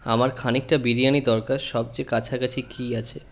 আমার খানিকটা বিরিয়ানী দরকার সবচেয়ে কাছাকাছি কি আছে